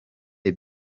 the